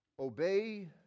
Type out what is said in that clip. Obey